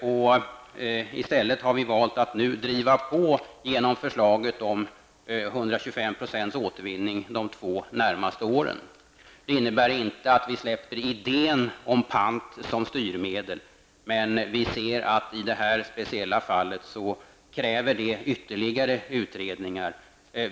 I stället har vi valt att driva på förslaget om 125 % återvinning de två närmaste åren. Det innebär inte att vi släpper idén om pant som styrmedel, men vi ser att i detta speciella fall krävs det ytterligare utredningar.